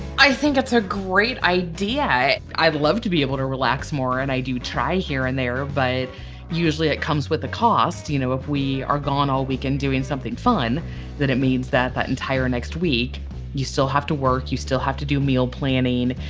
i think it's a great idea. i'd love to be able to relax more and i do try here and there but usually it comes with a cost. you know if we are gone all weekend doing something fun then it means that the entire next week you still have to work. you still have to do meal planning.